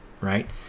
right